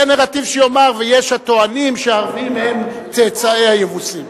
יהיה נרטיב שיאמר: ויש הטוענים שהערבים הם צאצאי היבוסים.